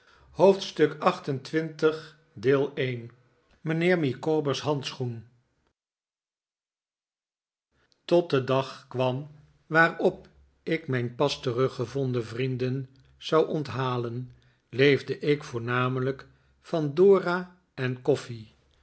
hoofdstuk xxviii mijnheer micawber's handschoen tot de dag kwam waarop ik mijn pas teruggevonden vrienden zou onthalen leefde ik voornamelijk van dora en koffie